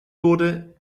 wurde